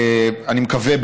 אני מקווה,